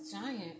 giant